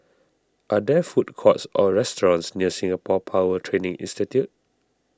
are there food courts or restaurants near Singapore Power Training Institute